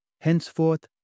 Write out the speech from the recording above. Henceforth